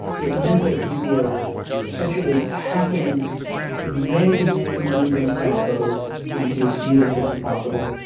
it meant that you were essentially packing many many many democratic voters into as few districts as possible.